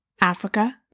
Africa